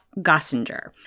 Gossinger